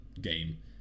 game